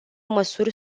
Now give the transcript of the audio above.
măsuri